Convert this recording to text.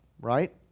Right